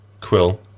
Quill